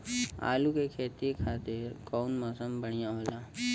आलू के खेती खातिर कउन मौसम बढ़ियां होला?